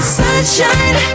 sunshine